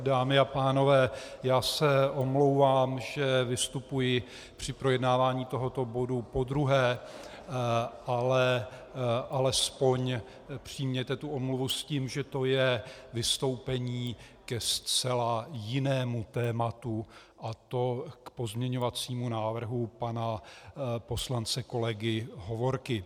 Dámy a pánové, já se omlouvám, že vystupuji při projednávání tohoto bodu podruhé, ale alespoň přijměte omluvu s tím, že to je vystoupení ke zcela jinému tématu, a to k pozměňovacímu návrhu pana poslance kolegy Hovorky.